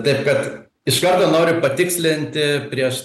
taip kad iš karto noriu patikslinti prieš